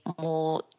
more